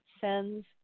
sends